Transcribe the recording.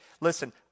listen